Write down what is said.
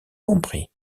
compris